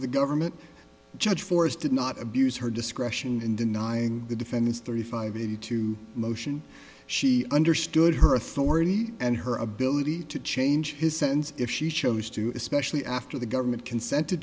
of the government judge forrest did not abuse her discretion in denying the defendant's thirty five eighty two motion she understood her authority and her ability to change his sense if she chose to especially after the government consented to